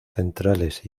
centrales